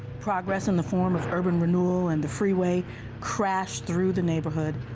progress in the form of urban renewal and the freeway crashed through the neighborhood,